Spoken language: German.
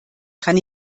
kann